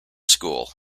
school